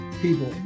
people